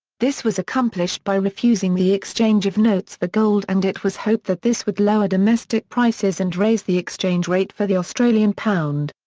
this was accomplished by refusing the exchange of notes for gold and it was hoped that this would lower domestic prices and raise the exchange rate for the australian pound.